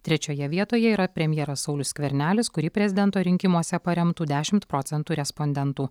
trečioje vietoje yra premjeras saulius skvernelis kurį prezidento rinkimuose paremtų dešimt procentų respondentų